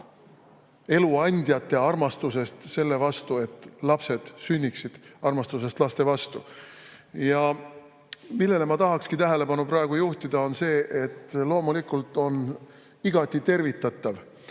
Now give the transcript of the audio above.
elu andjate armastusest selle vastu, et lapsed sünniksid, armastusest laste vastu. Millele ma tahaksin praegu tähelepanu juhtida, on see, et loomulikult on igati tervitatav,